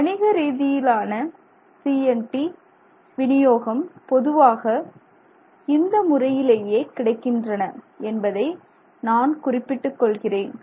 வணிகரீதியான CNT வினியோகம் பொதுவாக இந்த முறையிலேயே கிடைக்கின்றன என்பதை நான் குறிப்பிட்டு கொள்கிறேன்